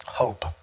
hope